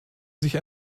sich